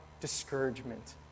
discouragement